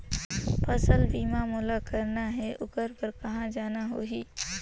फसल बीमा मोला करना हे ओकर बार कहा जाना होही?